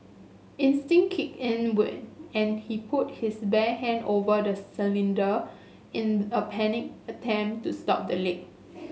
instinct kicked and when and he put his bare hand over the cylinder in a panicked attempt to stop the leak